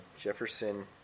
Jefferson